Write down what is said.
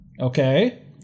Okay